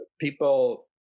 people